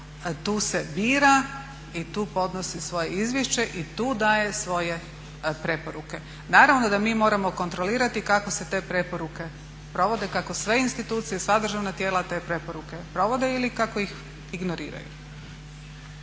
tu se bira i tu podnosi svoje izvješće i tu daje svoje preporuke. Naravno da mi moramo kontrolirati kako se te preporuke provode, kako sve institucije, sva državna tijela te preporuke provode ili kako ih ignoriraju.